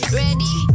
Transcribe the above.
ready